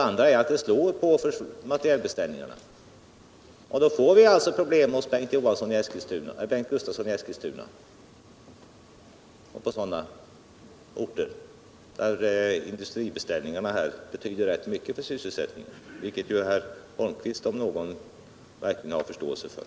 Annars slår det på materielbeställningarna, och då får vi problem hos Bengt Gustavsson i Eskilstuna och på sådana orter där industribeställningarna betyder rätt mycket för sysselsättningen, vilket ju Eric Holmqvist om någon verkligen har förståelse för.